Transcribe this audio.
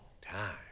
time